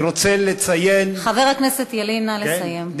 אני רוצה לציין, חבר הכנסת ילין, נא לסיים.